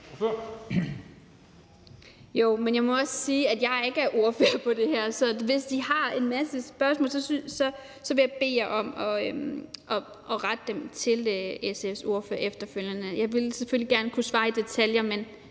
Jo, men jeg må også sige, at jeg ikke er ordfører på det her område. Så hvis I har en masse spørgsmål, vil jeg bede jer om at rette dem til SF's ordfører efterfølgende. Jeg ville selvfølgelig gerne kunne svare i detaljer, men